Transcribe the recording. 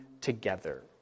together